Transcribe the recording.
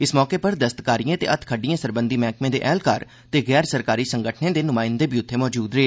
इस मौके उप्पर दस्तकारिएं ते हत्थखड्डिएं सरबंधी मैहकमें दे ऐहलकार ते गैर सरकारी संगठनें दे न्माइंदे बी उत्थे मौजूद हे